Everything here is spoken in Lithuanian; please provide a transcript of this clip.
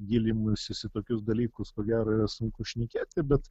gilinimasis į tokius dalykus ko gero yra sunku šnekėti bet